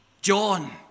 John